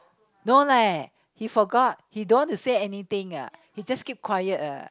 no leh he forgot he don't want to say anything ah he just keep quiet ah